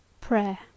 Prayer